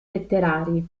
letterari